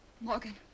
Morgan